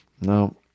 no